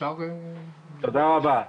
תודה רבה.